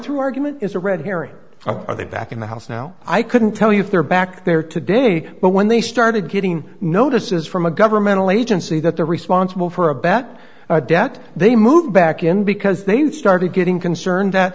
through argument is a red herring are they back in the house now i couldn't tell you if they're back there today but when they started getting notices from a governmental agency that they're responsible for a bat a debt they moved back in because they started getting concerned that